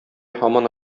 һаман